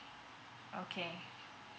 okay